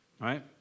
right